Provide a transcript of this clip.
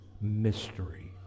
mystery